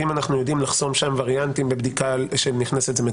ואם אנחנו יודעים לחסום שם וריאנטים בבדיקה בהקשר